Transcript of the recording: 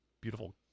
beautiful